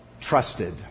trusted